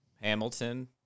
Hamilton